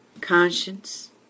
Conscience